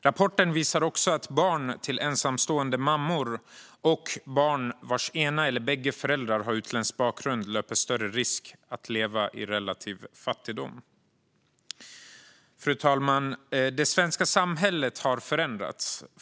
Rapporten visar också att barn till ensamstående kvinnor och barn vars ena eller bägge föräldrar har utländsk bakgrund löper större risk att leva i relativ fattigdom. Fru talman! Det svenska samhället har förändrats.